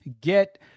get